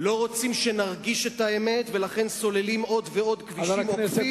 לא רוצים שנרגיש את האמת ולכן סוללים עוד ועוד כבישים עוקפים,